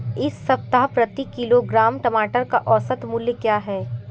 इस सप्ताह प्रति किलोग्राम टमाटर का औसत मूल्य क्या है?